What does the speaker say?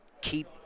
keep